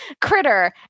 Critter